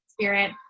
spirit